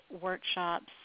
workshops